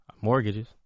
mortgages